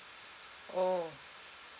oh